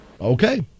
Okay